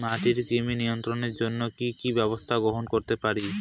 মাটির কৃমি নিয়ন্ত্রণের জন্য কি কি ব্যবস্থা গ্রহণ করতে পারি?